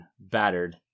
battered